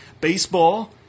Baseball